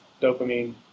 dopamine